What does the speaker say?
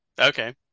Okay